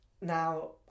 Now